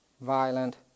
violent